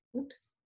Oops